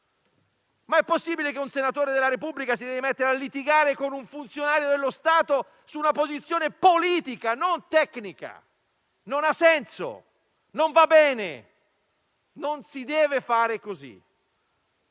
È possibile che un senatore della Repubblica si debba mettere a litigare con un funzionario dello Stato su una posizione politica e non tecnica? Non ha senso; non va bene e non si deve fare così.